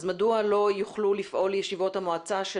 אז מדוע לא יוכלו לפעול ישיבות המועצה של